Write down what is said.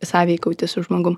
sąveikauti su žmogum